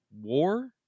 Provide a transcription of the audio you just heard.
war